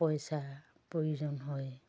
পইচাৰ প্ৰয়োজন হয়